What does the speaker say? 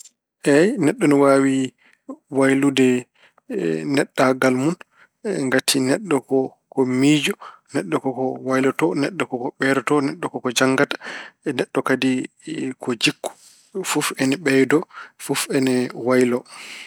Eey neɗɗo, ene waawi waylude neɗɗaagal mun. Ngati neɗɗo ko miijo, neɗɗo ko ko wayloto, neɗɗo ko ko ɓeydoto, neɗɗo ko ko janngata. Neɗɗo kadi ko jikku, fof ene ɓeydo, fof ene waylo.